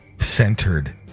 Centered